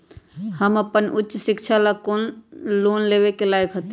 हम अपन उच्च शिक्षा ला लोन लेवे के लायक हती?